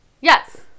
Yes